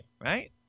right